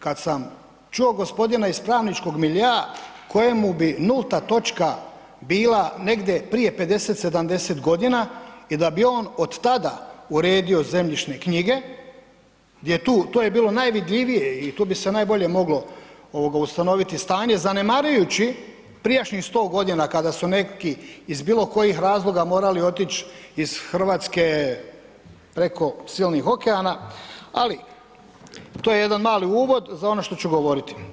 Kad sam čuo gospodina iz pravničkog miljea kojemu bi nulta točka bila negdje prije 50, 70 godina i da bi on od tada uredio zemljišne knjige, gdje tu, to je bilo najvidljivije i tu bi se najbolje moglo ovoga ustanoviti stanje, zanemarujući prijašnjih 100 godina kada su neki iz bilo kojih razloga morali otić iz Hrvatske preko silnih okeana, ali to je jedan mali uvod za ono što ću govoriti.